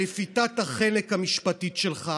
מלפיתת החנק המשפטית שלך.